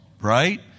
Right